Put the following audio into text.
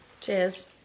Cheers